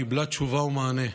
קיבלו תשובה ומענה.